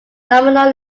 nominal